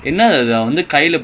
kind of